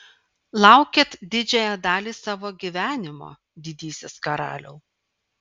laukėt didžiąją dalį savo gyvenimo didysis karaliau